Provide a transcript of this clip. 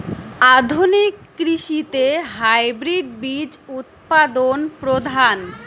আধুনিক কৃষিতে হাইব্রিড বীজ উৎপাদন প্রধান